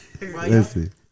Listen